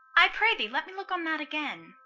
i pray thee let me look on that again.